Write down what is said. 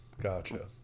Gotcha